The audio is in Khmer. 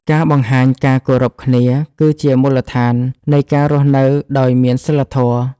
ការបង្ហាញការគោរពគ្នាគឺជាមូលដ្ឋាននៃការរស់នៅដោយមានសីលធម៌។